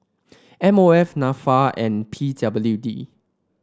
M O F NAFA and P W D